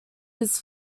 his